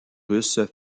russes